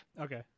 Okay